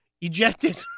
ejected